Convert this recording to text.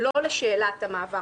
לא לשאלת המעבר